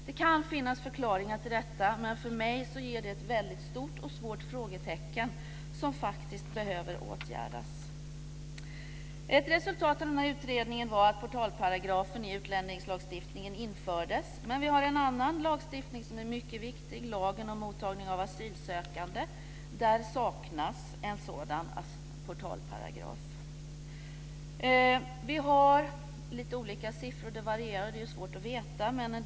Det kan finnas förklaringar till detta, men för mig innebär det ett väldigt stort och svårt frågetecken som faktiskt behöver åtgärdas. Ett resultat av den här utredningen var att portalparagrafen i utlänningslagstiftningen infördes. Vi har en annan lagstiftning som är mycket viktig, nämligen lagen om mottagning av asylsökande. Där saknas en sådan portalparagraf. En del säger att det finns 2 000 gömda barn i Sverige. Vi har lite olika siffror.